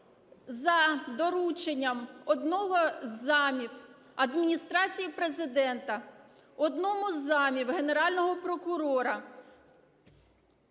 за дорученням одного із замів Адміністрації Президента одному із замів Генерального прокурора